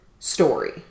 story